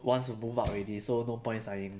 wants to move out already so no point signing